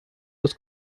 los